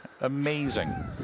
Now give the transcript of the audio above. Amazing